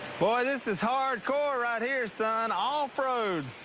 boy, this is hardcore right here, son. off-road!